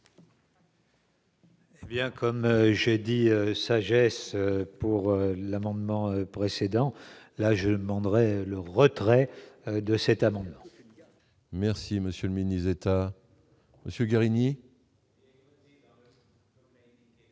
Eh bien, comme j'ai dit sagesse pour l'amendement précédent, là je ne vendrai le retrait de cet amendement. Merci monsieur le ministre d'État, Monsieur Guérini.